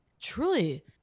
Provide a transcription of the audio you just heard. truly